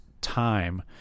time